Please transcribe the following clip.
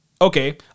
Okay